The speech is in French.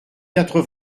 quatre